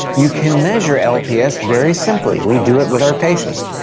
you can measure lps very simply, we do it with our patients.